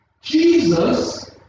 Jesus